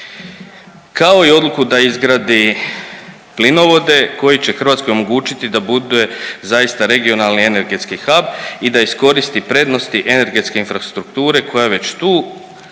kao i odluku da izgradi plinovode koji će Hrvatskoj omogućiti da bude zaista regionalni energetski hub i da iskoristi prednosti energetske infrastrukture koja je već tu, koju